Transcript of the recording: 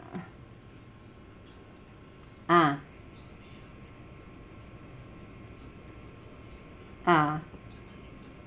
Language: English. ah ah